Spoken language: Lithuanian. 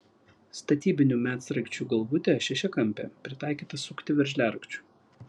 statybinių medsraigčių galvutė šešiakampė pritaikyta sukti veržliarakčiu